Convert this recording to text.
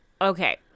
Okay